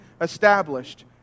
established